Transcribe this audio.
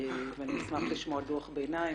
ואני אשמח לשמוע דוח ביניים.